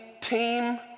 team